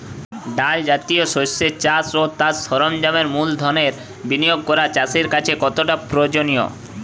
ডাল জাতীয় শস্যের চাষ ও তার সরঞ্জামের মূলধনের বিনিয়োগ করা চাষীর কাছে কতটা প্রয়োজনীয়?